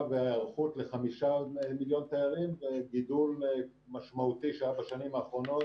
וההיערכות לחמישה מיליון תיירים וגידול משמעותי שהיה בשנים האחרונות.